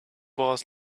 was